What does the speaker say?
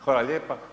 Hvala lijepa.